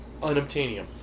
Unobtainium